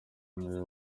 meya